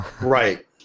Right